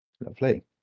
Lovely